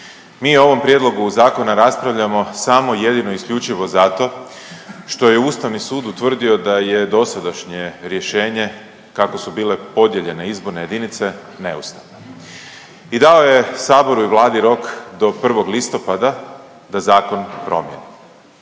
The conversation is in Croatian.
Mi o ovom prijedlogu zakona raspravljamo samo jedino i isključivo zato što je Ustavni sud utvrdio da je dosadašnje rješenje kako su bile podijeljene izborne jedinice neustavno i dao je saboru i Vladi rok do 1. listopada da zakon promijeni.